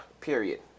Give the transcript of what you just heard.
period